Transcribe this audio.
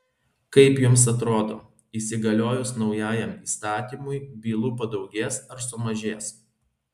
kaip jums atrodo įsigaliojus naujajam įstatymui bylų padaugės ar sumažės